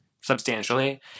substantially